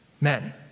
men